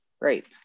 Great